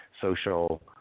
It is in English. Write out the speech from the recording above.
social